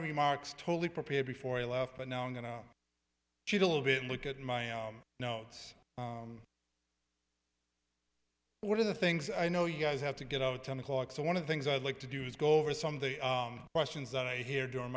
remarks totally prepared before i left but now i'm going to cheat a little bit and look at my notes what are the things i know you guys have to get out of ten o'clock so one of the things i like to do is go over some of the questions that i hear during